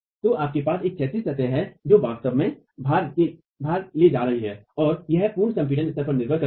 तो आपके पास एक क्षैतिज सतह है जो वास्तव में भार ले जा रही है और यह पूर्व संपीडन स्तर पर निर्भर करता है